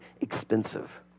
expensive